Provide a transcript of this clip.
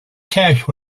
cash